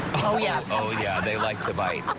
oh, yeah. oh, yeah. they like to bite.